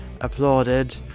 applauded